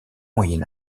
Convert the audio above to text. moyen